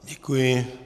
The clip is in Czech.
Děkuji.